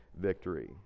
victory